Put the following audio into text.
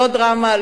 לא דרמה,